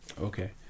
Okay